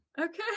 Okay